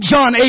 John